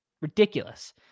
Ridiculous